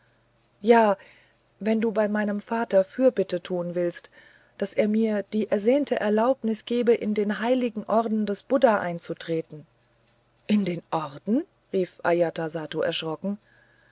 ja wenn du bei meinem vater fürbitte tun willst daß er mir die ersehnte erlaubnis gebe in den heiligen orden des buddha einzutreten in den orden rief ajatasattu erschrocken